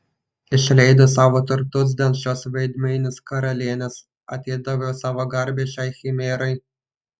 išleidau savo turtus dėl šios veidmainės karalienės atidaviau savo garbę šiai chimerai